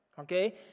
Okay